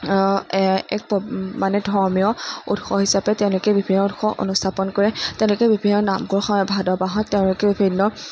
এক মানে ধৰ্মীয় উৎস হিচাপে তেওঁলোকে বিভিন্ন উৎসৱ অনুষ্ঠান কৰে তেওঁলোকে বিভিন্ন নামঘৰত ভাদ মাহত তেওঁলোকে বিভিন্ন